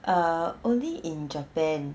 err only in japan